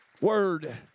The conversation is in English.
Word